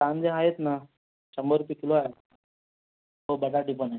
कांदे आहेत ना शंबर रुपये किलो आहेत हो बटाटे पण आहेत